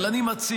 אבל אני מציע,